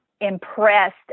impressed